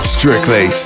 strictly